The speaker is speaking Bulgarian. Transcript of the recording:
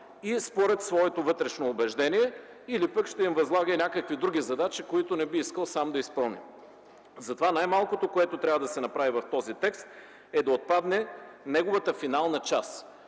и според своето вътрешно убеждение или пък ще им възлага и някакви други задачи, които не би искал сам да изпълни. Затова най-малкото, което трябва да се направи в този текст, е да отпадне неговата финална част,